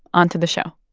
onto the show